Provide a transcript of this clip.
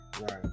right